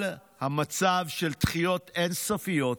אבל המצב של דחיות אין-סופיות,